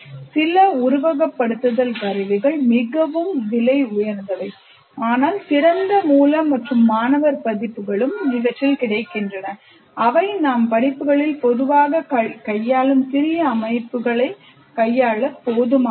சில உருவகப்படுத்துதல் கருவிகள் மிகவும் விலை உயர்ந்தவை ஆனால் திறந்த மூல மற்றும் மாணவர் பதிப்புகள் கிடைக்கின்றன அவை நாம் படிப்புகளில் பொதுவாகக் கையாளும் சிறிய அமைப்புகளைக் கையாள போதுமானவை